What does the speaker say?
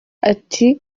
ati